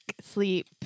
sleep